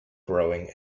growing